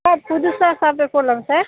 sir புதுசாக software போடலாமா sir